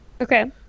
okay